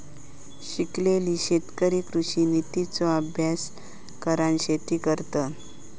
शिकलेले शेतकरी कृषि नितींचो अभ्यास करान शेती करतत